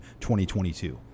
2022